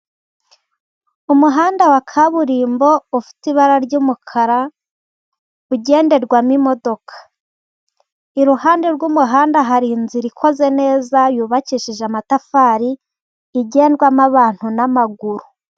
Umuhanda wa kaburimbo ufite ibara ry'umukara ugenderwamo imodoka. Iruhande rw'umuhanda hari inzira ikoze neza, yubakishije amatafari, igendwamo abantu n'amaguru.